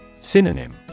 Synonym